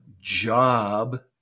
job